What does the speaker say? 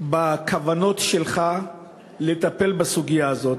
בכוונות שלך לטפל בסוגיה הזאת.